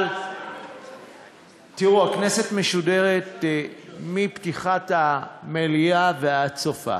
אבל, תראו, הכנסת משודרת מפתיחת המליאה ועד סופה,